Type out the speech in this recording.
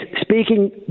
speaking